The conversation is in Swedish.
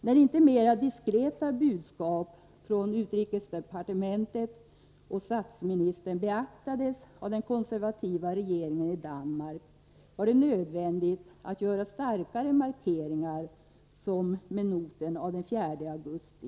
När mera diskreta budskap från utrikesdepartementet och statsministern inte beaktades av den konservativa regeringen i Danmark, var det nödvändigt att göra starkare markeringar, som med noten av den 4 augusti.